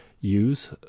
use